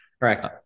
Correct